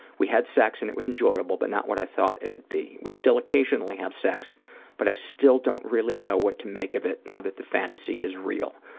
we had sex and it was enjoyable but not what i thought it would be. we still occasionally have sex but i still don't really know what to make of it now that the fantasy is real.